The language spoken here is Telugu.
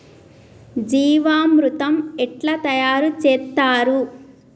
జీవామృతం ఎట్లా తయారు చేత్తరు?